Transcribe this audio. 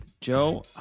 Joe